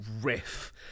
riff